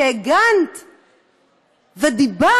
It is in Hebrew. כי הגנת ודיברת,